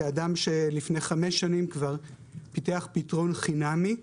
כאדם שלפני חמש שנים כבר פיתח פתרון חינמי,